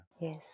Yes